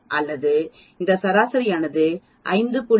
அல்லது இந்த சராசரியான 5